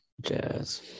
jazz